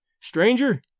Stranger